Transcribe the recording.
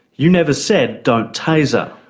you never said, don't taser.